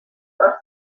are